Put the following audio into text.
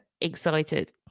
excited